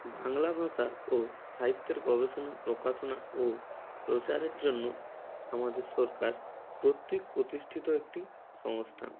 বাংলা ভাষা ও সাহিত্যের গবেষণা প্রকাশনা ও প্রচারের জন্য আমাদের সরকার কর্তৃক প্রতিষ্ঠিত একটা সংস্তা